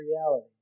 reality